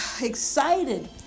excited